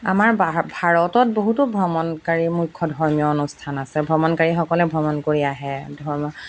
আমাৰ ভা ভাৰতত বহুতো ভ্ৰমণকাৰী মুখ্য ধৰ্মীয় অনুষ্ঠান আছে ভ্ৰমণকাৰীসকলে ভ্ৰমণ কৰি আহে ধৰ্ম